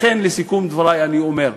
לכן, לסיכום דברי אני אומר: